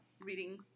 reading